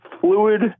fluid